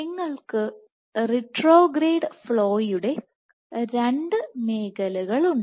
നിങ്ങൾക്ക് റിട്രോഗ്രേഡ് ഫ്ലോയുടെ രണ്ട് മേഖലകളുണ്ട്